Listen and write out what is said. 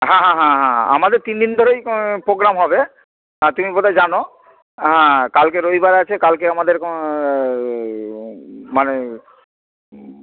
হ্যাঁ হ্যাঁ হ্যাঁ হ্যাঁ আমাদের তিন দিন ধরেই পোগ্রাম হবে তুমি কোথায় জানো হ্যাঁ কালকে রবিবার আছে কালকে আমাদের মানে